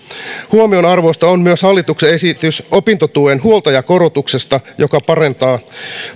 huomionarvoista on myös hallituksen esitys opintotuen huoltajakorotuksesta joka parantaa